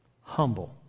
Humble